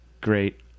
great